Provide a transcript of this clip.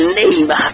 name